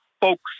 folks